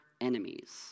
enemies